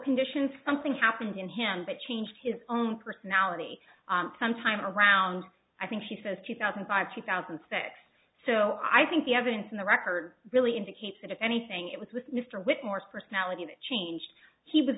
condition something happened in him but changed his own personality sometime around i think she says two thousand five two thousand and six so i think the evidence in the record really indicates that if anything it was with mr whitmore's personality that changed he was